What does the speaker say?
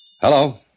Hello